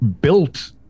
built